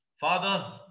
Father